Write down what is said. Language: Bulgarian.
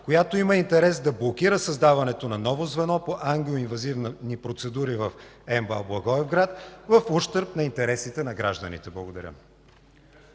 която има интерес да блокира създаването на ново звено по ангиоинвазивни процедури в МБАЛ – Благоевград, в ущърб на интересите на гражданите? Благодаря.